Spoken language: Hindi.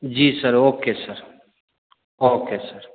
ji sir okay sir okay sir